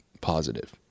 positive